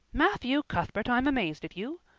matthew cuthbert, i'm amazed at you.